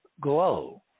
glow